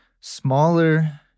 smaller